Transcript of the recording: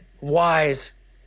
wise